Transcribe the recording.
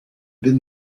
been